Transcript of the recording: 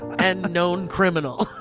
and known criminal.